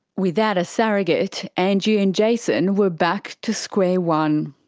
without a surrogate, angie and jason were back to square one.